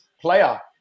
player